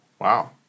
Wow